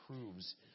proves